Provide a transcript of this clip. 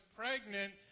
pregnant